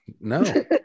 no